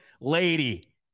lady